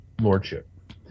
lordship